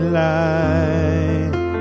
light